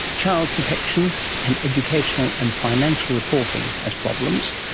child protection and educational and financial reporting as problems.